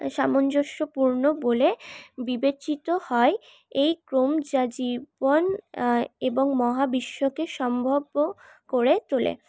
সামঞ্জস্যপূর্ণ বলে বিবেচিত হয় এই ক্রম যা জীবন এবং মহাবিশ্বকে সম্ভাব্য করে তোলে